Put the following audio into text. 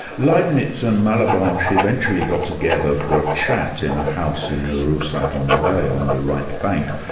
leibniz so and malebranche eventually got together for a chat in a house in the rue st-honore on the right bank.